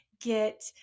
get